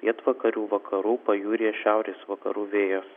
pietvakarių vakarų pajūryje šiaurės vakarų vėjas